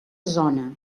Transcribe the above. zona